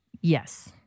Yes